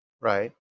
Right